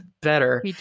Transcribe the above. better